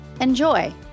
enjoy